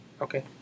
Okay